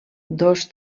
dos